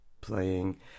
playing